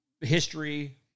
History